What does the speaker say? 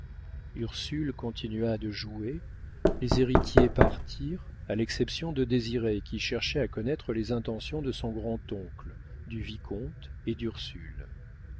ursule continua de jouer les héritiers partirent à l'exception de désiré qui cherchait à connaître les intentions de son grand-oncle du vicomte et d'ursule